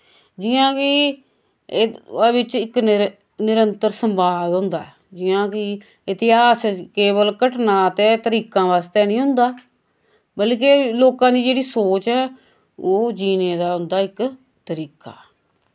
जियां कि इक विच इक निर निरंतर सवांद होंदा ऐ जियां कि इतिहास केवल घटनां ते तरीकां वास्तै निं होंदा बल्के लोकां दी जेह्ड़ी सोच ऐ ओह् जीने दा उंदा इक तरीका